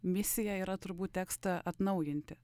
misija yra turbūt tekstą atnaujinti